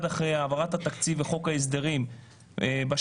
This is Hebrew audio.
אחר הצוהריים טובים,